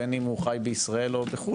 בין אם חי במדינת ישראל או בחו"ל,